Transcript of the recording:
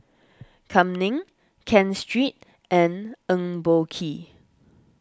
Kam Ning Ken Seet and Eng Boh Kee